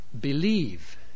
believe